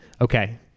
Okay